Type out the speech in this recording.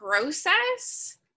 process